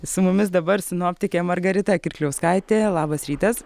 su mumis dabar sinoptikė margarita kirkliauskaitė labas rytas